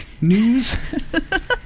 News